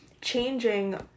changing